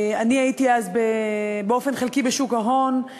אני הייתי אז באופן חלקי בשוק ההון,